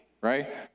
right